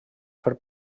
fer